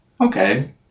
Okay